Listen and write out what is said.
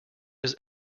his